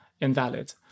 invalid